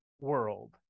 world